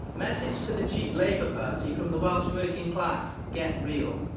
message to the cheap labour party from the welsh working class get real.